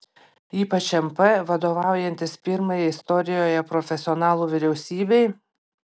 ypač mp vadovaujantis pirmajai istorijoje profesionalų vyriausybei